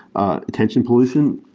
ah attention pollution.